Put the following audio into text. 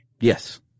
Yes